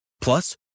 Plus